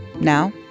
Now